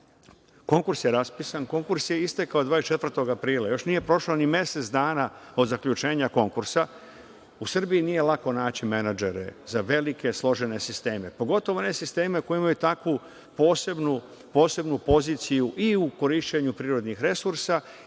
konkurs je raspisan. Konkurs je istekao 24. aprila. Još nije prošlo ni mesec dana od zaključenja konkursa. U Srbiji nije lako naći menadžere za velike složene sisteme, pogotovo ne sisteme koji imaju tako posebnu poziciju i u korišćenju prirodnih resursa